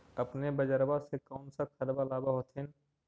अपने बजरबा से कौन सा खदबा लाब होत्थिन?